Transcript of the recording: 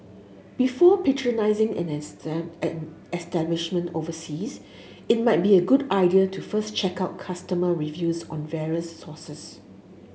before patronising an establishment overseas it might be a good idea to first check out customer reviews on various sources